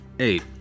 Eight